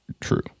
true